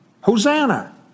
Hosanna